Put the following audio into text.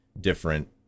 different